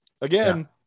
again